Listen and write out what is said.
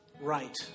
right